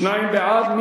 שניים בעד.